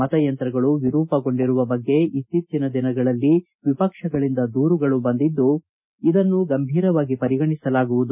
ಮತಯಂತ್ರಗಳು ವಿರೂಪಗೊಂಡಿರುವ ಬಗ್ಗೆ ಇತ್ತೀಚಿನ ದಿನಗಳಲ್ಲಿ ವಿಪಕ್ಷಗಳಿಂದ ದೂರುಗಳು ಬಂದಿದ್ದು ಇದನ್ನು ಗಂಭೀರವಾಗಿ ಪರಿಗಣಿಸಲಾಗುವುದು